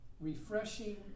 refreshing